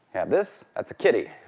this, that's a kitty.